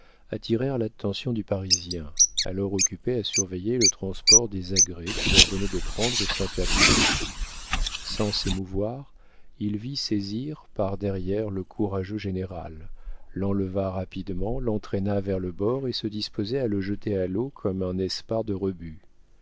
attirèrent l'attention du parisien alors occupé à surveiller le transport des agrès qu'il ordonnait de prendre au saint ferdinand sans s'émouvoir il vint saisir par derrière le courageux général l'enleva rapidement l'entraîna vers le bord et se disposait à le jeter à l'eau comme un espars de rebut